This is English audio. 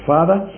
Father